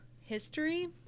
history